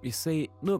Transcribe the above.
jisai nu